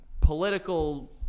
political